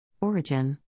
Origin